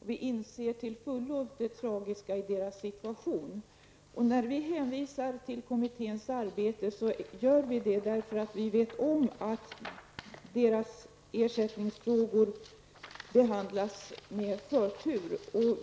Vi inser till fullo det tragiska i deras situation. När vi hänvisar till kommitténs arbete gör vi det därför att vi vet om att deras ersättningsfrågor behandlas med förtur.